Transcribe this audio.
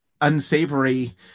unsavory